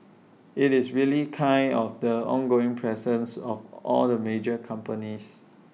IT is really kind of the ongoing presence of all the major companies